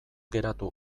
geratu